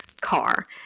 car